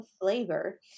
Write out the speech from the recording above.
flavor